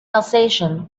alsatian